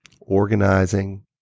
organizing